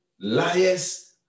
Liars